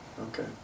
Okay